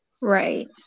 right